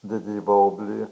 didįjį baublį